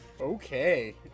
Okay